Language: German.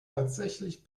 tatsächlich